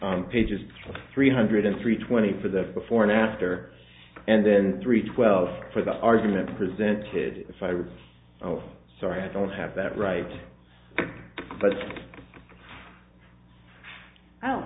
pages three hundred and three twenty for the before and after and then three twelve for the argument presented if i was sorry i don't have that right but